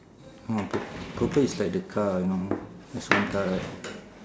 oh purp~ purple is like the car you know there's one car right